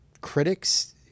critics